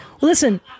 Listen